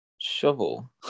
shovel